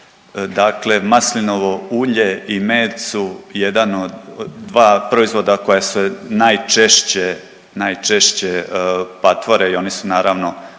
Dakle maslinovo ulje i med su jedan od, dva proizvoda koja se najčešće, najčešće patvore i oni su naravno